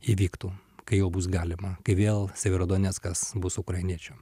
įvyktų kai jau bus galima kai vėl sibiro doneckas bus ukrainiečių